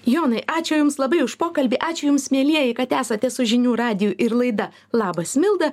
jonai ačiū jums labai už pokalbį ačiū jums mielieji kad esate su žinių radiju ir laida labas milda